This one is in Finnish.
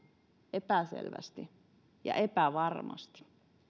epäselvästi ja epävarmasti